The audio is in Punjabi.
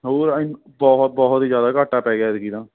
ਹੋਰ ਬਹੁਤ ਬਹੁਤ ਜ਼ਿਆਦਾ ਘਾਟਾ ਪੈ ਗਿਆ ਐਤਕੀ ਤਾਂ